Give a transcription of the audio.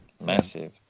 Massive